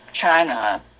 China